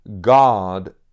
God